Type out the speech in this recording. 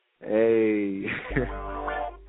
Hey